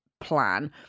plan